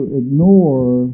ignore